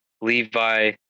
Levi